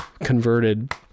Converted